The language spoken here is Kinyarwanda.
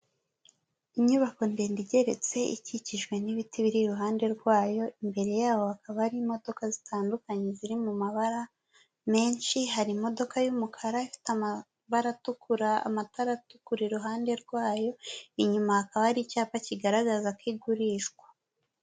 Inyubako ndende igeretse ikikijwe n'ibiti biri iruhande rwayo, imbere yabo hakaba hari imodoka zitandukanye ziri mu mabara menshi, hari imodoka y'umukara ifite amabara atukura ,amatara atukura iruhande rwayo, inyuma hakaba hari icyapa kigaragaza ko igurishwa.